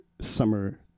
summer